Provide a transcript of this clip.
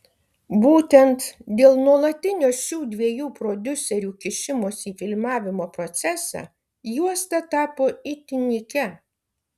būtent dėl nuolatinio šių dviejų prodiuserių kišimosi į filmavimo procesą juosta tapo itin nykia